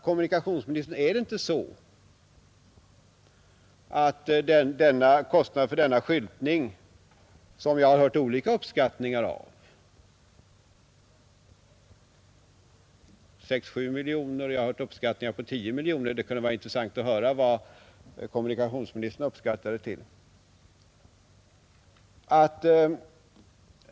Kostnaden för denna skyltning har det lämnats olika uppskattningar om, t.ex. 6—7 miljoner. Jag har också hört siffran 10 miljoner kronor. Det kunde vara intressant att få veta vad kommunikationsministern uppskattar den till.